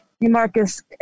Marcus